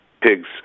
pigs